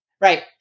Right